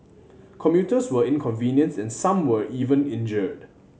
commuters were inconvenienced and some were even injured